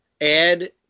add